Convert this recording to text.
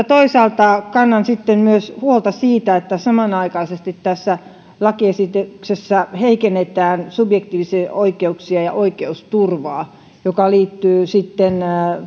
toisaalta kannan sitten myös huolta siitä että samanaikaisesti tässä lakiesityksessä heikennetään subjektiivisia oikeuksia ja oikeusturvaa tämä liittyy sitten